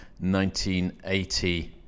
1980